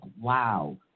wow